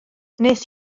wnes